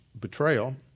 betrayal